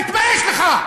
תתבייש לך.